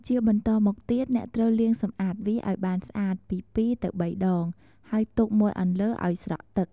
ជាបន្តមកទៀតអ្នកត្រូវលាងសម្អាតវា ឱ្យបានស្អាត ពី ២ ទៅ ៣ ដង ហើយទុកមួយអន្លើឱ្យស្រក់ទឹក។